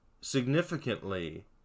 significantly